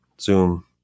Zoom